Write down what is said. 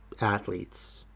Athletes